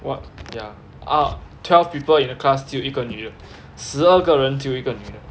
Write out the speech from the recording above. what ya ah twelve people in the class 只有一个女人的十二个人只有一个女的